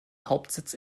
hauptsitz